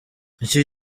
iki